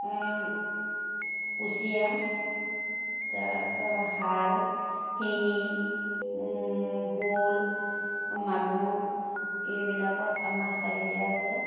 কুছিয়া তাৰপৰা শাল শিঙি শ'ল মাগুৰ এইবিলাকত আমাৰ চাহিদা আছে